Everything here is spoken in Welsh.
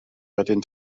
wedyn